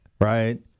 right